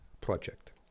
project